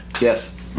Yes